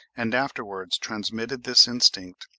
and afterwards transmitted this instinct,